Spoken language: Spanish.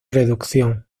reducción